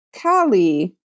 Kali